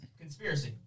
Conspiracy